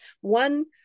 one